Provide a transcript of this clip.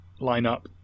lineup